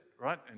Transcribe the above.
right